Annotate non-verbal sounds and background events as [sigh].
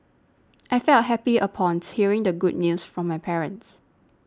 [noise] I felt happy upon hearing the good news from my parents